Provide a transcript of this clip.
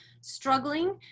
struggling